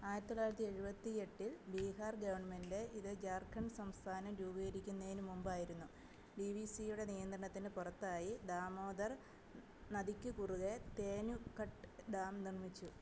ആയിരത്തി തൊള്ളായിരത്തി എഴുപത്തി എട്ടിൽ ബീഹാർ ഗവൺമെൻ്റ് ഇത് ജാർഖണ്ഡ് സംസ്ഥാനം രൂപീകരിക്കുന്നതിന് മുമ്പായിരുന്നു ഡി വി സിയുടെ നിയന്ത്രണത്തിന് പുറത്തായി ദാമോദർ നദിക്ക് കുറുകെ തേനുഘട്ട് ഡാം നിർമ്മിച്ചു